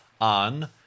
on